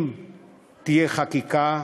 אם תהיה חקיקה,